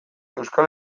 euskal